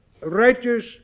righteous